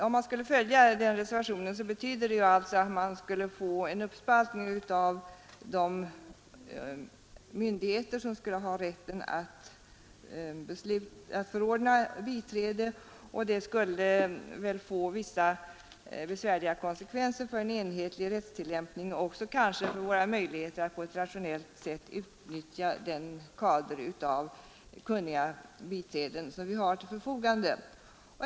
Om man skulle följa denna reservation, betyder det att man skulle få en uppspaltning av de myndigheter som skulle ha rätten att förordna biträde, och det skulle få vissa besvärliga konsekvenser för en enhetlig rättstillämpning och kanske också för våra möjligheter att på ett rationellt sätt utnyttja den kader av kunniga biträden som vi har till förfogande.